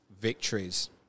victories